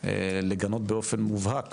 לגנות באופן מובהק